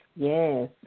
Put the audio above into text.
Yes